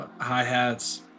hi-hats